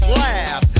laugh